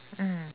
mm